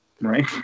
right